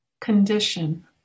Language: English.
condition